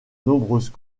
nombreuses